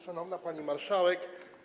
Szanowna Pani Marszałek!